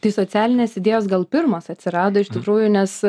tai socialinės idėjos gal pirmas atsirado iš tikrųjų nes